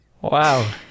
wow